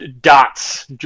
dots